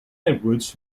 edwards